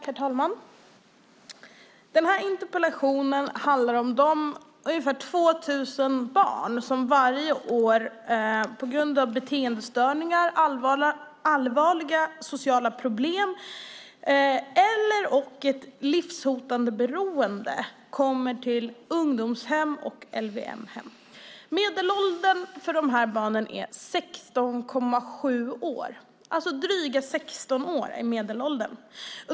Herr talman! Den här interpellationen handlar om de ungefär 2 000 barn som varje år på grund av beteendestörningar, allvarliga sociala problem och/eller livshotande beroende kommer till ungdomshem och LVM-hem. Medelåldern för de här barnen är 16,7 år, alltså dryga 16 år är medelåldern.